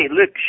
look